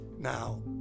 Now